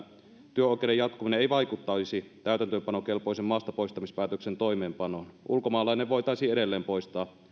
työoikeuden jatkuminen ei vaikuttaisi täytäntöönpanokelpoisen maastapoistamispäätöksen toimeenpanoon ulkomaalainen voitaisiin edelleen poistaa